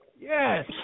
Yes